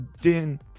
Din